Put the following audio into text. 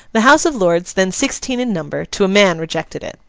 the house of lords, then sixteen in number, to a man rejected it.